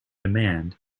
demand